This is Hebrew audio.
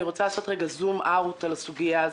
אני רוצה לעשות לרגע זום-אאוט על הסוגיה הזאת.